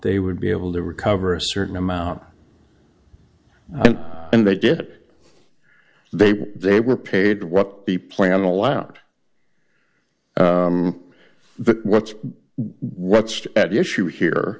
they would be able to recover a certain amount and they did it they they were paid what the plan allowed the what's what's at issue here